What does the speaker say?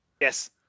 Yes